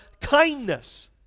kindness